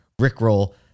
rickroll